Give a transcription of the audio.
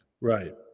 Right